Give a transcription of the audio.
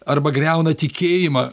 arba griauna tikėjimą